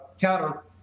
counter